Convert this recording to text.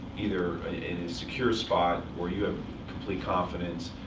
either in a secure spot, or you have complete confidence,